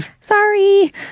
sorry